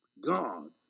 God